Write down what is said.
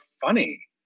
funny